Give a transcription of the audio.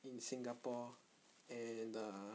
in singapore and uh